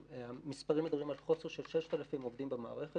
שהמספרים מדברים על חוסר של 6,000 עובדים במערכת.